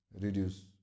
reduce